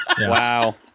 Wow